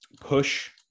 push